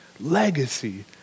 legacy